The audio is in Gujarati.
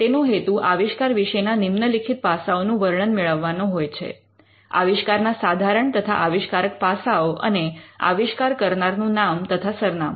તેનો હેતુ આવિષ્કાર વિશેના નિમ્નલિખિત પાસાઓનું વર્ણન મેળવવાનો હોય છે આવિષ્કારના સાધારણ તથા આવિષ્કારકના પાસાઓ અને આવિષ્કાર કરનારનું નામ તથા સરનામું